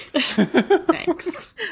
Thanks